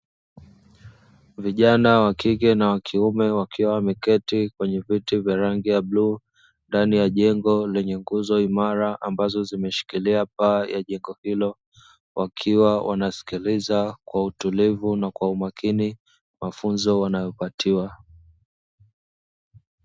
Vijana wakike na wakiume wakiwa wameketi kwenye viti venye rangi ya bluu ndani ya jengo lenye nguzo imara ambazo zimeshikilia paa ya jengo hilo, wakiwa wanasikiliza kwa utulivu na kwa umakini mafunzo wanayopatiwa.